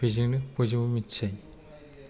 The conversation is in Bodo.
बेजोंनो बयजोंबो मिथिजायो